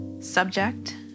subject